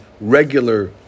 regular